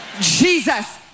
Jesus